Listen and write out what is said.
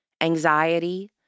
anxiety